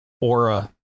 aura